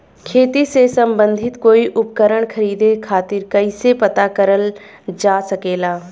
खेती से सम्बन्धित कोई उपकरण खरीदे खातीर कइसे पता करल जा सकेला?